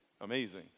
Amazing